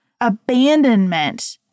abandonment